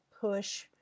push